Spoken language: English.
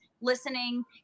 listening